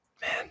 Man